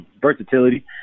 versatility